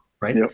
right